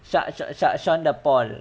sha~ sha~ sha~ sean paul